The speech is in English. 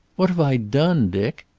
what have i done, dick?